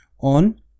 on